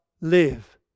live